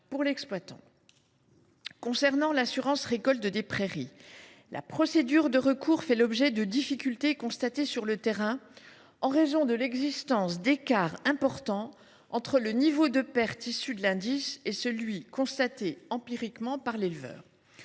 pour l’exploitant. Concernant l’assurance récolte des prairies, la procédure de recours fait l’objet de difficultés constatées sur le terrain, en raison de l’existence d’écarts importants entre le niveau de pertes issues de l’indice et celui qui est constaté empiriquement par l’éleveur.